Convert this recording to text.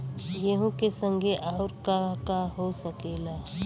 गेहूँ के संगे आऊर का का हो सकेला?